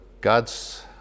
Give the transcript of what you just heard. God's